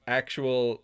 actual